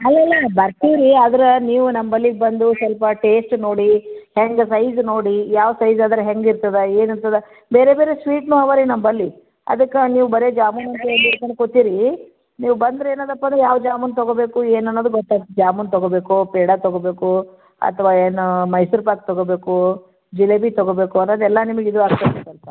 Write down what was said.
ಅಲ್ಲಲ್ಲ ಬರ್ತೀರಿ ಆದ್ರೆ ನೀವು ನಂಬಳಿಗೆ ಬಂದು ಸ್ವಲ್ಪ ಟೇಸ್ಟ್ ನೋಡಿ ಹೆಂಗೆ ಸೈಜ್ ನೋಡಿ ಯಾವ ಸೈಜ್ ಆದ್ರೆ ಹೆಂಗೆ ಇರ್ತದೆ ಏನು ಇರ್ತದೆ ಬೇರೆ ಬೇರೆ ಸ್ವೀಟ್ನು ಅವಾ ರೀ ನಂಬಳಿ ಅದಕ್ಕೆ ನೀವು ಬರೀ ಜಾಮೂನು ಅಂತ ಒಂದು ಹಿಡ್ಕೊಂಡು ಕೂತಿರಿ ನೀವು ಬಂದ್ರೆ ಏನದಪ್ಪ ಅಂದ್ರೆ ಯಾವ ಜಾಮೂನು ತಗೊಳ್ಬೇಕು ಏನು ಅನ್ನೋದು ಗೊತ್ತಾಗ್ತದೆ ಜಾಮೂನು ತಗೊಳ್ಬೇಕೊ ಪೇಡ ತಗೊಳ್ಬೇಕೊ ಅಥ್ವಾ ಏನು ಮೈಸೂರು ಪಾಕ್ ತಗೊಳ್ಬೇಕು ಜಿಲೇಬಿ ತಗೊಳ್ಬೇಕು ಅನ್ನೋದು ಎಲ್ಲ ನಿಮಗೆ ಇದು ಅಷ್ಟು ಅನ್ಸಲ್ವ